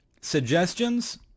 Suggestions